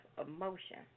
emotion